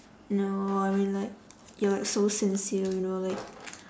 no I mean like you're like so sincere you know like